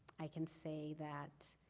i can say that